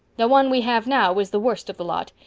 the one we have now is the worst of the lot.